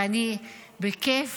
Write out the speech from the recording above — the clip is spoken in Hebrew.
ואני בכיף